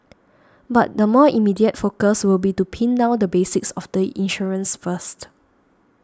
but the more immediate focus will be to pin down the basics of the insurance first